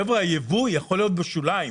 חבר'ה, היבוא יכול להיות בשוליים.